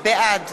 בעד